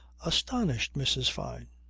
astonished mrs. fyne,